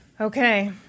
Okay